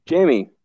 Jamie